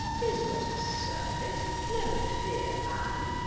tis but a surfeit never fear, man.